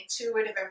intuitive